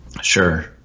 Sure